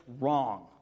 wrong